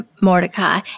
mordecai